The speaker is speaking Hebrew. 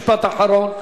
משפט אחרון.